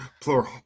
Plural